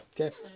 Okay